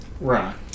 Right